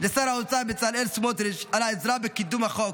לשר האוצר בצלאל סמוטריץ' על העזרה בקידום החוק,